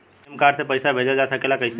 ATM card से पइसा भेजल जा सकेला कइसे?